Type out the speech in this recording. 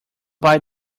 bite